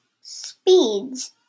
speeds